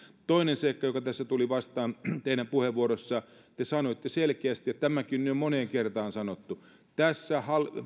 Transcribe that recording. toinen seikka joka tässä tuli vastaan teidän puheenvuorossanne te sanoitte selkeästi ja tämäkin on jo moneen kertaan sanottu että tässä